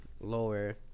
lower